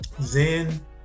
zen